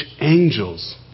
angels